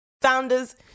Founders